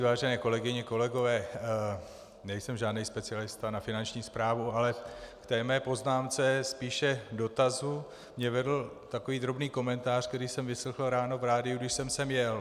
Vážené kolegyně, kolegové, nejsem žádný specialista na Finanční správu, ale k té mé poznámce, spíše dotazu, mě vedl takový drobný komentář, který jsem vyslechl ráno v rádiu, když jsem sem jel.